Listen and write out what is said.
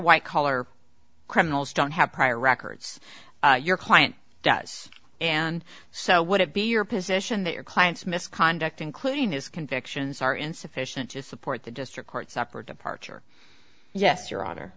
white collar criminals don't have prior records your client does and so would it be your position that your clients misconduct including his convictions are insufficient to support the district court's upper departure yes your honor